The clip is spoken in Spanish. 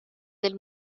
del